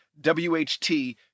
WHT